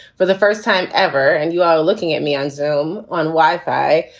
for the first time ever. and you are looking at me on zoom on wi-fi.